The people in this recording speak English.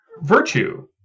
virtue